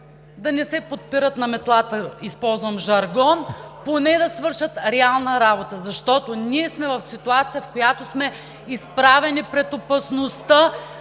да не се подпират на метлата, използвам жаргон, поне да свършат реална работа. Защото ние сме в ситуация, в която сме изправени пред опасността